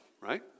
right